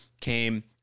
came